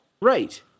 Right